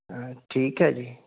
ਠੀਕ ਹੈ ਜੀ